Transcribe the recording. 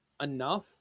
enough